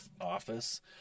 office